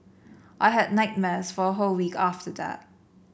I had nightmares for a whole week after that